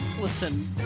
Listen